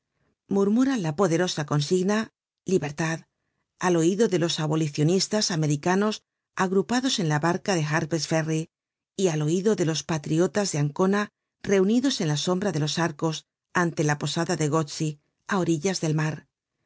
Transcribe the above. murmura la poderosa consigna libertad al oido de los abolicionistas americanos agrupados en la barca de harper's ferry y al oido de los patriotas de ancona reunidos en la sombra en los arcos ante la posada de gozzi á orillas del mar